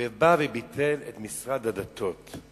ובא וביטל את משרד הדתות.